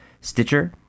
stitcher